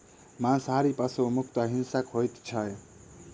मांसाहारी पशु मुख्यतः हिंसक होइत छै